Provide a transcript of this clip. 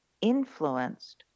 Influenced